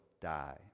die